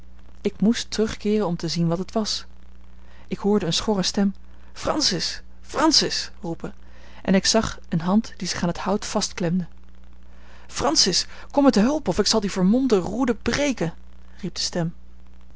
ik moest terugkeeren om te zien wat het was ik hoorde een schorre stem francis francis roepen en ik zag eene hand die zich aan het hout vastklemde francis kom mij te hulp of ik zal die vermolmde roeden breken riep de stem